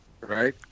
right